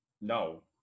No